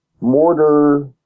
mortar